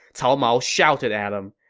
cao mao shouted at him,